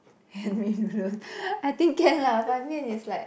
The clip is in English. handmade noodles I think can lah Ban-Mian is like